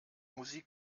musik